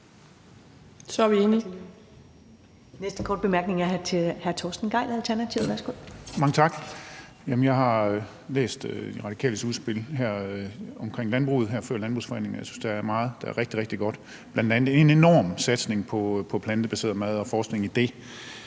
så er vi lige